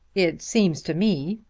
it seems to me,